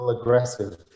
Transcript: aggressive